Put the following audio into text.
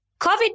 COVID